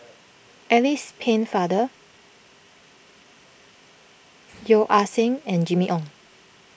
Alice Pennefather Yeo Ah Seng and Jimmy Ong